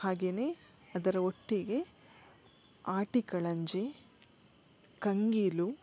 ಹಾಗೇ ಅದರ ಒಟ್ಟಿಗೆ ಆಟಿಕಳಂಜ ಕಂಗೀಲು